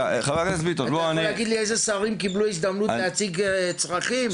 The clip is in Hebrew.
אתה רוצה להגיד לי איזה שרים קיבלו הזדמנות להציג צרכים?